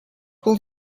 will